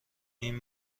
این